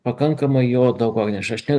pakankamai jo